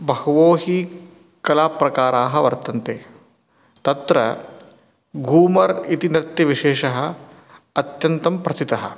बहवो हि कलाप्रकाराः वर्तन्ते तत्र गूमर् इति नृत्यविशेषः अत्यन्तं प्रसिद्धः